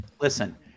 Listen